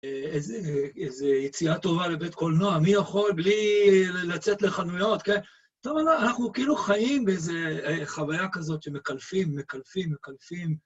איזו יציאה טובה לבית קולנוע, מי יכול בלי לצאת לחנויות, כן? טוב, אנחנו כאילו חיים באיזו חוויה כזאת שמקלפים, מקלפים, מקלפים.